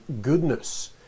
goodness